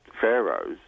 pharaohs